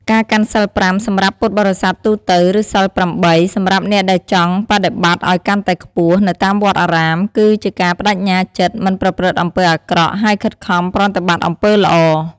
ការកាន់សីលប្រាំ សម្រាប់ពុទ្ធបរិស័ទទូទៅ ឬសីលប្រាំបី សម្រាប់អ្នកដែលចង់បដិបត្តិឱ្យកាន់តែខ្ពស់ នៅតាមវត្តអារាម គឺជាការប្តេជ្ញាចិត្តមិនប្រព្រឹត្តអំពើអាក្រក់ ហើយខិតខំប្រតិបត្តិអំពើល្អ។